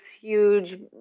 huge